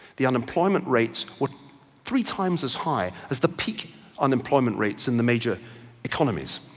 the unemployment rates were three times as high as the peak unemployment rates in the major economies.